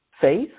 faith